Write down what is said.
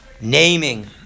Naming